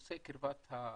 מנושא קרבת המשפחה,